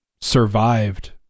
survived